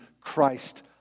Christ